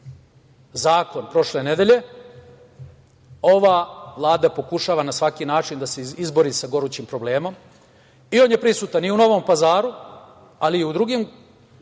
zakon prošle nedelje. Ova Vlada pokušava na svaki način da se izbori sa gorućim problemom i on je prisutan i u Novom Pazaru, ali i u drugim